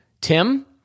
Tim